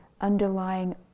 underlying